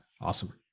Awesome